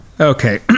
Okay